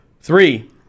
Three